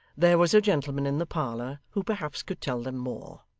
there was a gentleman in the parlour, who perhaps could tell them more.